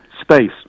Space